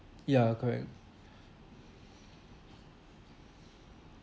ya correct